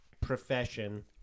profession